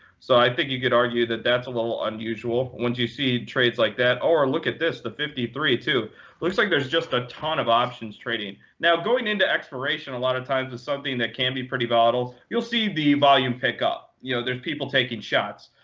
so i think you could argue that that's a little unusual, once you see trades like that. or look at this, the fifty three, too. it looks like there's just a ton of options trading. now going into expiration a lot of times is something that can be pretty volatile. you'll see the volume pick up. you know there's people taking shots.